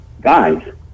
Guys